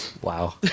Wow